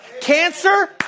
Cancer